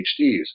PhDs